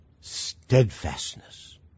steadfastness